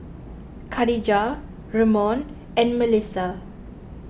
Khadijah Ramon and Mellisa